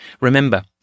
Remember